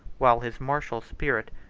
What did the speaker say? while his martial spirit,